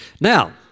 Now